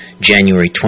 January